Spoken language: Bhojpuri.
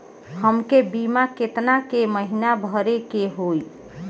हमके बीमा केतना के महीना भरे के होई?